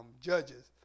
Judges